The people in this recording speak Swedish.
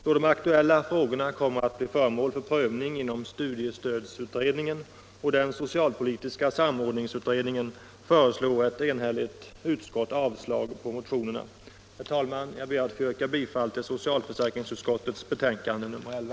Då de aktuella frågorna kommer att bli föremål för prövning inom studiestödsutredningen och den socialpolitiska samordningsutredningen, föreslår ett enhälligt utskott avslag på motionerna. Herr talman! Jag yrkar bifall till socialutskottets hemställan i dess betänkande nr 11.